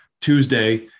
Tuesday